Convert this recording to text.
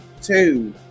Two